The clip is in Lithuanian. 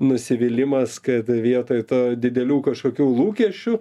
nusivylimas kad vietoj to didelių kažkokių lūkesčių